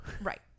Right